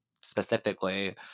specifically